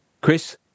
Chris